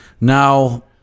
now